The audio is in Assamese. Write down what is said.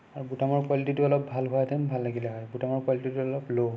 আৰু বুটামৰ কোৱালিটিটো অলপ ভাল হোৱাহেঁতেন ভাল লাগিলে হয় বুটামৰ কোৱালিটিটো অলপ ল'